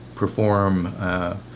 perform